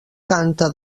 canta